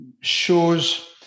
shows